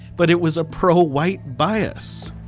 but it was a pro-white bias.